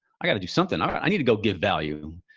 i gotta do something. i but i need to go give value.